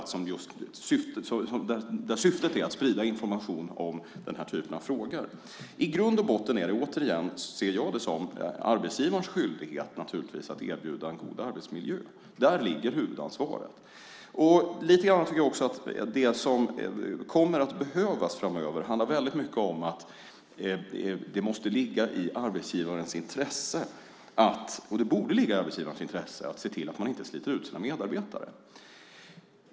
Syftet är att sprida information om den här typen av frågor, och detta finns alltså på plats. I grund och botten ser jag det som arbetsgivarens skyldighet att erbjuda en god arbetsmiljö. Där ligger huvudansvaret. Det som kommer att behövas framöver handlar mycket om att det måste och borde ligga i arbetsgivarens intresse att se till att man inte sliter ut sina medarbetare.